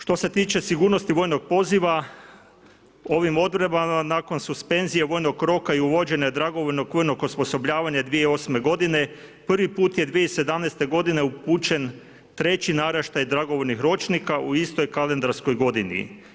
Što se tiče sigurnosti vojnog poziva, ovim odredbama, nakon suspenzije vojnog roka i uvođenja dragovoljnog vojnog osposobljavanja 2008. godine, prvi put je 2017. godine upućen 3. naraštaja dragovoljnih ročnika u istoj kalendarskoj godini.